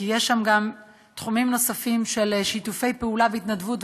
כי יש שם גם תחומים נוספים של שיתוף פעולה והתנדבות,